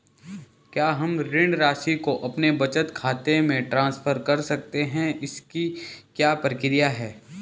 क्या हम ऋण राशि को अपने बचत खाते में ट्रांसफर कर सकते हैं इसकी क्या प्रक्रिया है?